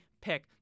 pick